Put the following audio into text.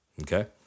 okay